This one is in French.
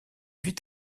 vit